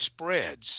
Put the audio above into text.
spreads